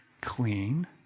clean